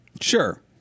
Sure